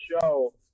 show